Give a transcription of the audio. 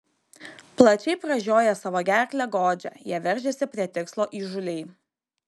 plačiai pražioję savo gerklę godžią jie veržiasi prie tikslo įžūliai